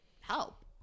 help